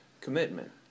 Commitment